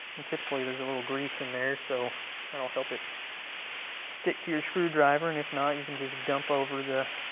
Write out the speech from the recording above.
and typically, there's a little grease in there, so that'll help it stick to your screwdriver. and if not, you can just dump over the